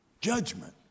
judgment